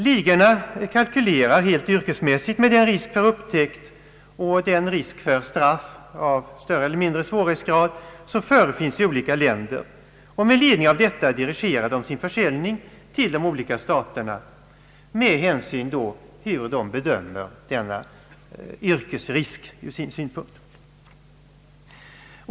Ligorna kalkylerar helt yrkesmässigt med den risk för upptäckt och den risk för straff av större eller mindre svårighetsgrad som förefinns i olika länder. Med ledning av detta dirigerar de sin försäljning till de olika staterna, med hänsyn då till hur de bedömer denna yrkesrisk från sin synpunkt.